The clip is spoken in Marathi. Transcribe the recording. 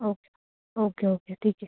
ओ ओके ओके ठीक आहे